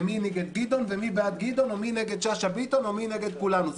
ומי נגד גדעון ומי בעד גדעון או מי נגד שאשא ביטון או מי נגד כולנו,